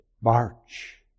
March